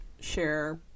share